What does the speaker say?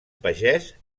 pagès